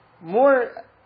more